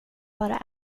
vara